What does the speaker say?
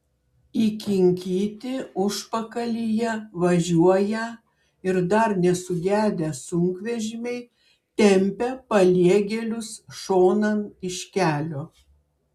įkinkyti užpakalyje važiuoją ir dar nesugedę sunkvežimiai tempia paliegėlius šonan iš kelio